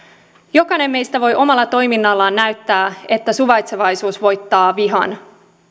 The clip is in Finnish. jokainen meistä voi omalla toiminnallaan näyttää että suvaitsevaisuus voittaa vihan